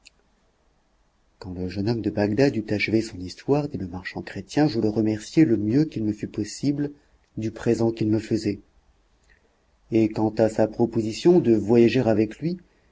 quand le jeune homme de bagdad eut achevé son histoire dit le marchand chrétien je le remerciai le mieux qu'il me fut possible du présent qu'il me faisait et quant à sa proposition de voyager avec lui